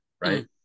right